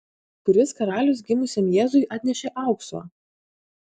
kuris karalius gimusiam jėzui atnešė aukso